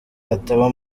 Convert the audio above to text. ataba